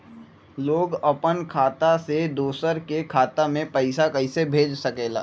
लोग अपन खाता से दोसर के खाता में पैसा कइसे भेज सकेला?